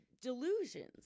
delusions